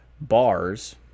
bars